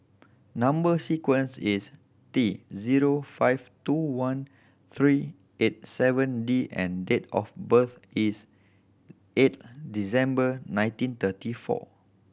number sequence is T zero five two one three eight seven D and date of birth is eight December nineteen thirty four